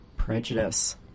Prejudice